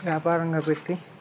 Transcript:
వ్యాపారంగా పెట్టి